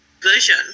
version